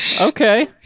okay